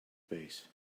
base